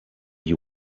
you